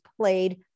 played